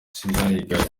sindayigaya